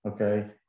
Okay